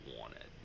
wanted